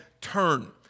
Turn